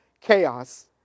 chaos